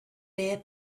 fair